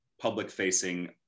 public-facing